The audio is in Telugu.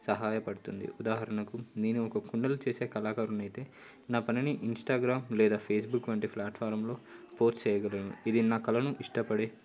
సహాయపడుతుంది ఉదాహరణకు నేను ఒక కుండలు చేసే కళాకారున్ని అయితే నా పనిని ఇన్స్టాగ్రామ్ లేదా ఫేస్బుక్ వంటి ప్లాట్ఫాలో పోస్ట్ చేయగలను ఇది నా కళను ఇష్టపడే